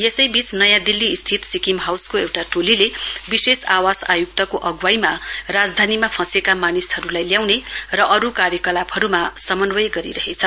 यसै बीच नयाँ दिल्लीस्थित सिक्किम हाउसको एउटा टोलीले विशेष आवास आयुक्तको अगुवाईमा राजधानीमा फँसेका मानिसहरूलाई ल्याउने र अरू कार्यकलापहरूमा समन्वय गरिरहेछ